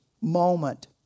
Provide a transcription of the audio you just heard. moment